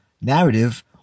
narrative